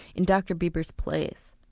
in dr bieber's place.